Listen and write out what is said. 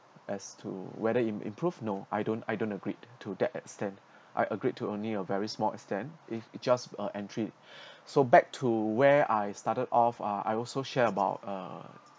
as to whether it improved no I don't I don't agreed to that extent I agreed to a near of very small extent it just a entry so back to where I started off uh I also share about uh